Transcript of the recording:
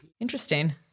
Interesting